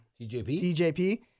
TJP